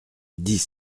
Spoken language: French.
dix